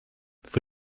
for